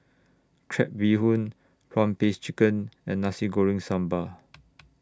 Crab Bee Hoon Prawn Paste Chicken and Nasi Goreng Sambal